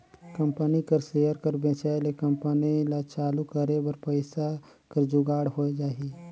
company कर share कर बेंचाए ले कंपनी ल चालू करे बर पइसा कर जुगाड़ होए जाही